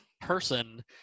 person